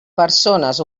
persones